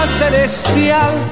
celestial